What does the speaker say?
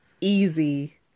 easy